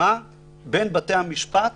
בין בתי-המשפט